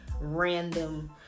random